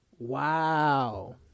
Wow